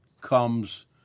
comes